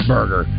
Burger